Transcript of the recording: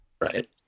right